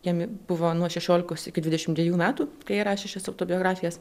jiem buvo nuo šešiolikos iki dvidešim dvejų metų kai jie rašė šias autobiografijas